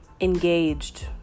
engaged